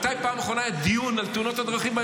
מתי בפעם אחרונה היה דיון בממשלה על תאונות הדרכים?